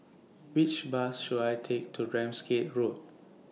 Which Bus should I Take to Ramsgate Road